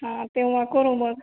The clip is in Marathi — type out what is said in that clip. हां तेव्हा करू मग